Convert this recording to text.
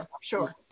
sure